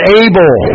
able